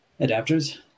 adapters